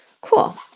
Cool